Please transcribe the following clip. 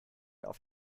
auf